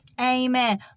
Amen